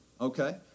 Okay